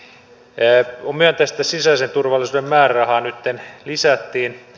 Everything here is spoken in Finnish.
on myönteistä että sisäisen turvallisuuden määrärahaa nytten lisättiin